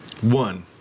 One